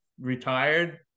retired